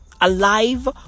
Alive